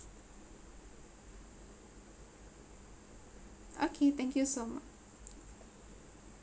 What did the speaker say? okay thank you so mu~